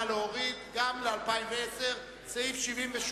סעיף 78,